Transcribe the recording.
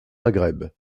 maghreb